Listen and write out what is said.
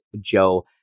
Joe